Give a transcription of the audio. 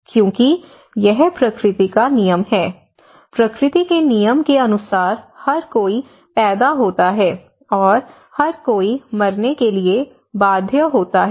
क्योंकि यह प्रकृति का नियम है प्रकृति के नियम के अनुसार हर कोई पैदा होता है और हर कोई मरने के लिए बाध्य होता है